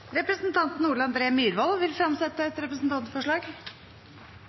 Representanten Ole André Myhrvold vil fremsette et representantforslag.